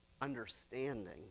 understanding